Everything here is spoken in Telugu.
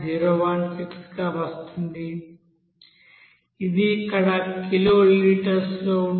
016 గా వస్తుంది ఇది ఇక్కడ కిలో లీటర్స్ లో ఉంటుంది